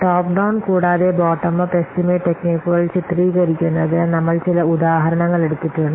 top down കൂടാതെ bottom up estimate ടെക്നിക്കുകൾ ചിത്രീകരിക്കുന്നതിന് നമ്മൾ ചില ഉദാഹരണങ്ങൾ എടുത്തിട്ടുണ്ട്